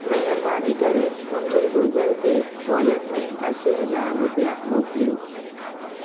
महिरबानी करे मुंहिंजे गूगल पे वॉलेट में असीं हज़ार रुपिया मोकलियो